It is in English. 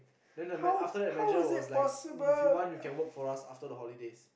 then the man after that manager was like if you want you can work for us after the holidays